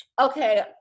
okay